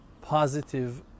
positive